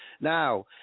Now